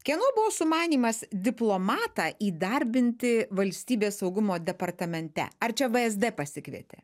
kieno buvo sumanymas diplomatą įdarbinti valstybės saugumo departamente ar čia vsd pasikvietė